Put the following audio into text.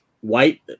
White